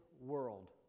world